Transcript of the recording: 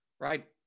Right